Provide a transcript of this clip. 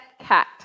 cat